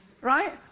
Right